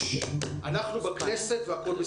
באופן כללי אנחנו כל יום בכנסת.